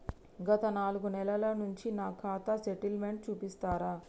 గత నాలుగు నెలల నుంచి నా ఖాతా స్టేట్మెంట్ చూపిస్తరా?